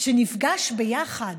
שנפגשים ביחד